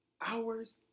hours